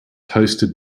hosted